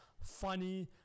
funny